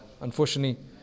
Unfortunately